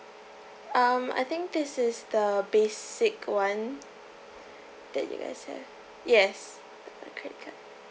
um I think this is the basic one that you guys have yes uh credit card